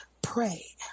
pray